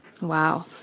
Wow